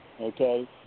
Okay